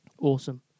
Awesome